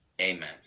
Amen